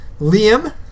Liam